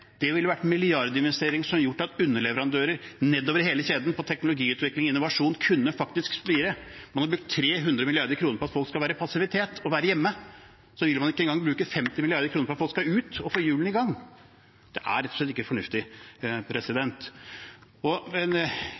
det ville vært milliardinvesteringer som hadde gjort at underleverandører av teknologiutvikling og innovasjon nedover i hele kjeden faktisk kunne spire. Nå har man brukt 300 mrd. kr på at folk skal være i passivitet, være hjemme. Så vil man ikke en gang bruke 50 mrd. kr på at folk skal ut, få hjulene i gang. Det er rett og slett ikke fornuftig.